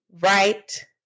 right